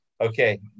Okay